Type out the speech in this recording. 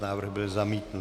Návrh byl zamítnut.